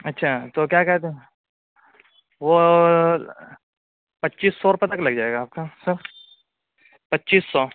اچھا تو کیا کہتے ہیں وہ پچیس سو روپئے تک لگ جائے آپ کا سر پچیس سو